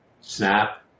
snap